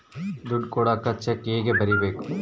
ದುಡ್ಡು ಕೊಡಾಕ ಚೆಕ್ ಹೆಂಗ ಬರೇಬೇಕು?